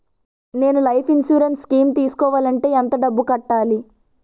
నేను life insurance scheme తీసుకోవాలంటే ఎంత డబ్బు కట్టాలి?